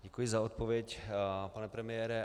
Děkuji za odpověď, pane premiére.